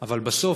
אבל בסוף,